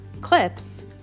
clips